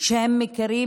שהם מכירים,